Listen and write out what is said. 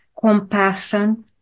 compassion